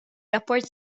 rapport